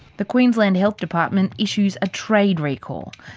the queensland health department issues a trade recall.